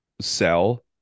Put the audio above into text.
sell